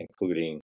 including